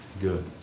good